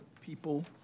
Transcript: people